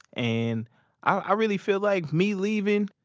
and i really feel like me leaving,